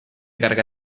carga